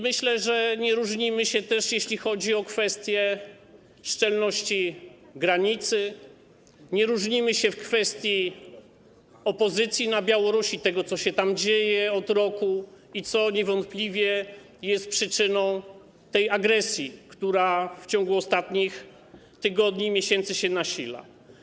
Myślę, że nie różnimy się też, jeśli chodzi o kwestię szczelności granicy, nie różnimy się w kwestii opozycji na Białorusi, tego, co się tam dzieje od roku i co niewątpliwie jest przyczyną tej agresji, która w ciągu ostatnich tygodni i miesięcy się nasila.